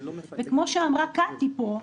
כמו שאמרה קטי פה,